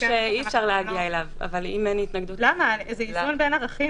זה איזון בין ערכים,